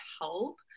help